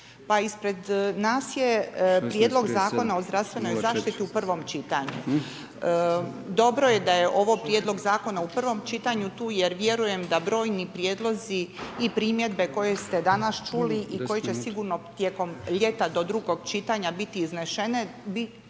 ispred nas je Prijedlog Zakona o zdravstvenoj zaštiti u prvom čitanju. Dobro je da je ovo prijedlog zakona u prvom čitanju tu jer vjerujem da brojni prijedlozi i primjedbe koje ste danas čuli i koje će sigurno tijekom ljeta do drugog čitanja biti iznešene,